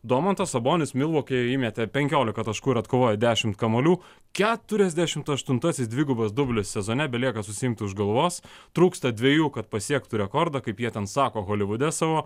domantas sabonis milvokyje įmetė penkiolika taškų ir atkovojo dešimt kamuolių keturiasdešimt aštuntasis dvigubas dublis sezone belieka susiimti už galvos trūksta dviejų kad pasiektų rekordą kaip jie ten sako holivude savo